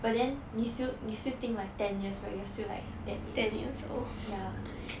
but then you still you still think like ten years back but you still like that age ya